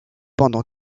pendant